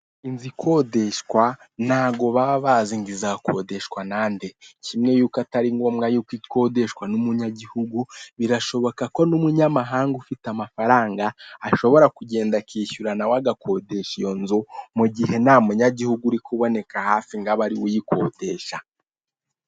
Inzu ikodeshwa ntago baba bazi ngo izakodeshwa nande, kimwe yuko atari ngombwa yuko ikodeshwa n'umunyagihugu birashoboka ko n'umunyamahanga ufite amafaranga ashobora kugenda akishyurana we agakodesha, iyo nzu mu gihe nta munyagihugu uri kuboneka hafi ngabe ariwe uyikodesha.